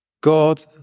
God